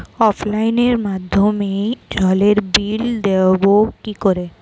অফলাইনে মাধ্যমেই জলের বিল দেবো কি করে?